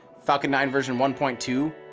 falcon nine v one point two,